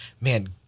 man